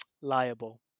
liable